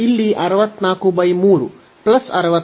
ಇಲ್ಲಿ 643 ಮತ್ತು ಪ್ಲಸ್ 64